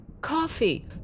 Coffee